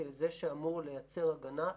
כזה שאמור לייצר הגנה,